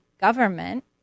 government